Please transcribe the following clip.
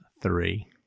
Three